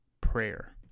prayer